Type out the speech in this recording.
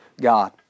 God